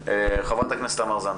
חברת הכנסת תמר זנדברג.